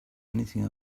anything